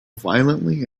violently